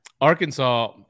Arkansas